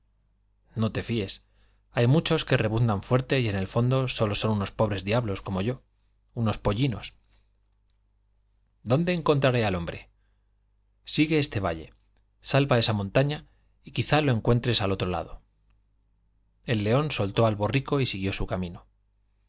no te fíes hay muchos que rebuznan fuerte y en el fondo son unos pobres diablos como yo unos pollinos dónde encontraré al hombre sigue este valle salva esa montaña y quizá lo encuentres a l otro lado el león soltó al borrico y siguió s camino